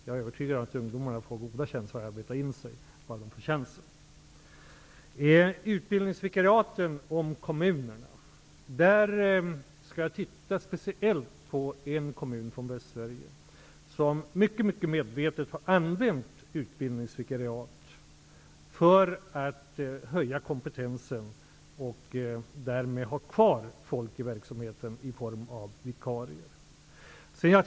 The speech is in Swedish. Jag är övertygad om att ungdomarna har goda möjligheter att arbeta in sig, om de bara får chansen. Så något om utbildningsvikariaten och kommunerna. Jag skall speciellt undersöka förhållandena i en kommun i Västsverige där man mycket medvetet har använt sig av utbildningsvikariat för att höja kompetensen. Därmed blir det möjligt att ha kvar personer i verksamheten i form av vikariat.